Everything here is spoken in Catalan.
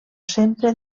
sempre